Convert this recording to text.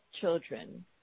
children